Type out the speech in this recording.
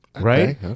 right